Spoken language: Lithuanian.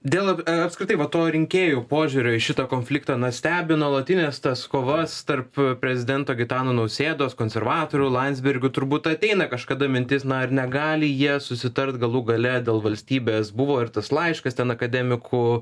dėl apskritai va to rinkėjų požiūrio į šitą konfliktą na stebi nuolatines tas kovas tarp prezidento gitano nausėdos konservatorių landsbergio turbūt ateina kažkada mintis na ar negali jie susitart galų gale dėl valstybės buvo ir tas laiškas ten akademikų